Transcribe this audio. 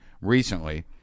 recently